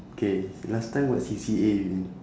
okay last time what C_C_A you in